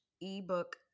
Ebook